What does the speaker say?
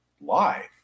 live